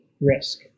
risk